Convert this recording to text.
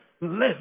Live